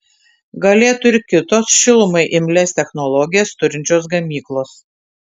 galėtų ir kitos šilumai imlias technologijas turinčios gamyklos